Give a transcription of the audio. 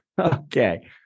Okay